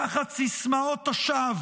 תחת סיסמאות השווא